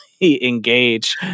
engage